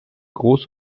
groß